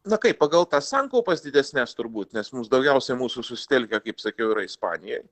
na kaip pagal tas sankaupas didesnes turbūt nes mus daugiausiai mūsų susitelkę kaip sakiau yra ispanijoj